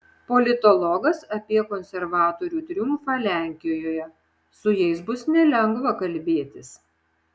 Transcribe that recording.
politologas apie konservatorių triumfą lenkijoje su jais bus nelengva kalbėtis